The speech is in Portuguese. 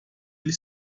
ele